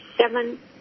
seven